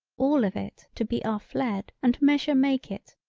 all of it to be are fled and measure make it,